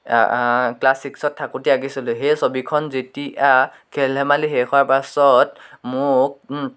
class ছিক্সত থাকোঁতেই আকিছিলোঁ সেই ছবিখন যেতিয়া খেল ধেমালি শেষ হোৱাৰ পাছত মোক